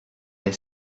est